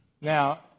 Now